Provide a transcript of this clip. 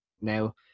Now